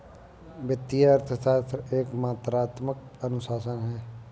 वित्तीय अर्थशास्त्र एक मात्रात्मक अनुशासन है